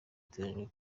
iteganyijwe